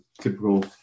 typical